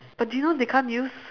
but do you know they can't use